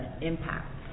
impact